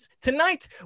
Tonight